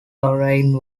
airing